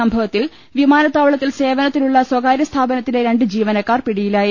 സംഭവത്തിൽ വിമാനത്താവളത്തിൽ സേവനത്തിലുള്ള സ്ഥകാര്യ സ്ഥാപനത്തിലെ രണ്ട് ജീവന ക്കാർ പിടിയിലായി